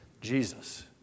Jesus